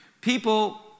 people